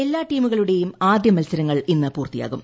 എല്ലാ ടീമുകളുടെയും ആദ്യ മൽസരങ്ങൾ ഇന്ന് പൂർത്തിയാകും